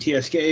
Tsk